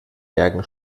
bergen